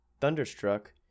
Thunderstruck